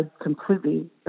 completely